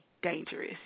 dangerous